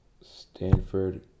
Stanford